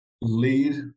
lead